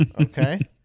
Okay